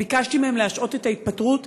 וביקשתי מהם להשעות את ההתפטרות